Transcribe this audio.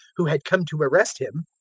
who had come to arrest him,